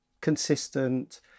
consistent